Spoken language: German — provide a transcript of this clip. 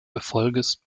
erfolges